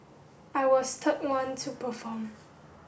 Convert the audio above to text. I was the third one to perform